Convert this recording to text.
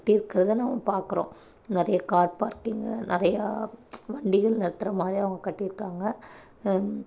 கட்டிருக்கிறத நம்ம பார்க்குறோம் நிறைய கார் பார்க்கிங் நிறைய வண்டிகள் நிறுத்துகிற மாதிரி அவங்க கட்டியிருக்காங்க